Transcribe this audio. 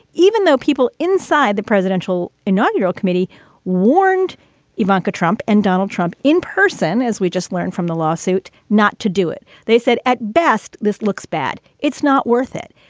even though people inside the presidential inaugural committee warned ivanka trump and donald trump in person, as we just learned from the lawsuit, not to do it. they said, at best, this looks bad. it's not worth it.